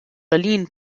berlin